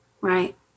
right